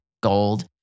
gold